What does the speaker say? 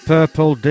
Purple